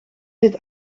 dit